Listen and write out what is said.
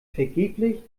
vergeblich